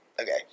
Okay